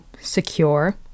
secure